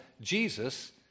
Jesus